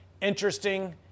interesting